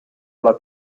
alla